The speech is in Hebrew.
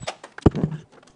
10:05.